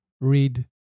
read